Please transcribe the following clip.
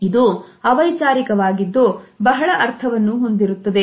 ಇದು ಅವೈಚಾರಿಕ ವಾಗಿದ್ದು ಬಹಳ ಅರ್ಥವನ್ನು ಹೊಂದಿರುತ್ತದೆ